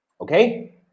okay